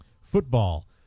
Football